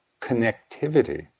connectivity